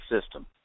system